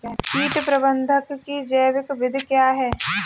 कीट प्रबंधक की जैविक विधि क्या है?